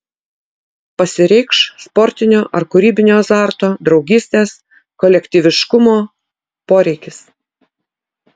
pasireikš sportinio ar kūrybinio azarto draugystės kolektyviškumo poreikis